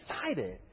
excited